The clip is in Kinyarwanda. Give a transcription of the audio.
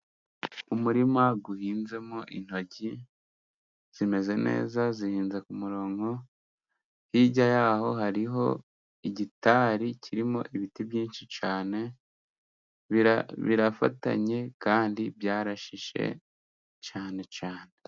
Umurima uhinzemo intoryi, zimeze neza zihinze ku murongo, hirya yaho hariho igitari kirimo ibiti byinshi cyane, birafatanye kandi byarashishe cyane cyane.